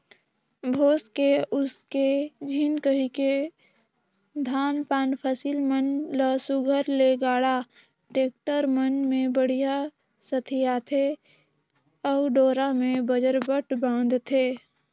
भोसके उसके झिन कहिके धान पान फसिल मन ल सुग्घर ले गाड़ा, टेक्टर मन मे बड़िहा सथियाथे अउ डोरा मे बजरबट बांधथे